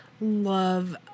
Love